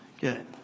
Good